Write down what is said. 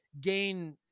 gain